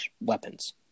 weapons